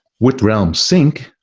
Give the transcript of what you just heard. with realm sync,